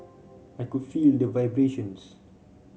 I could feel the vibrations